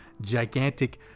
gigantic